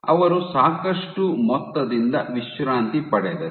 ಅವರು ಸಾಕಷ್ಟು ಮೊತ್ತದಿಂದ ವಿಶ್ರಾಂತಿ ಪಡೆದರು